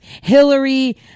Hillary